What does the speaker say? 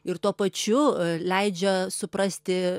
ir tuo pačiu leidžia suprasti